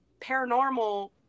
paranormal